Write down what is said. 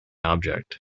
object